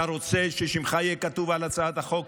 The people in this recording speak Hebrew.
אתה רוצה ששמך יהיה כתוב על הצעת החוק,